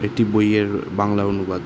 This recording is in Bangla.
একটি বইয়ের বাংলা অনুবাদ